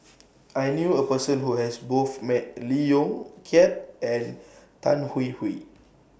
I knew A Person Who has Both Met Lee Yong Kiat and Tan Hwee Hwee